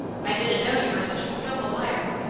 i didn't know you were such a skillful liar.